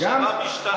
המחשבה משתנה.